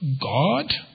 god